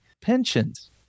Pensions